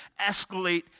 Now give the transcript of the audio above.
escalate